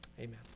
amen